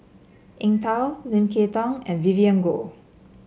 Eng Tow Lim Kay Tong and Vivien Goh